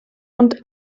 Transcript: und